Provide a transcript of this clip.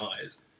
eyes